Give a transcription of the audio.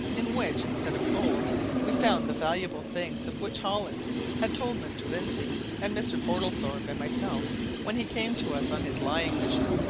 in which, instead of gold we found the valuable things of which hollins had told mr. lindsey and mr. portlethorpe and myself when he came to us on his lying mission,